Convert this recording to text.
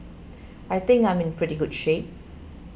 I think I'm in pretty good shape